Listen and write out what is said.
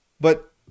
but-